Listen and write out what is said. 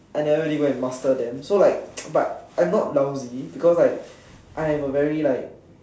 I never really go and master them so like but I'm not lousy because like I am a very like